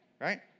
right